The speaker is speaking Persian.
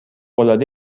العاده